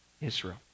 Israel